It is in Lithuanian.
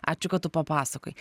ačiū kad tu papasakojai